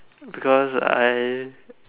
because I